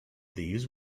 these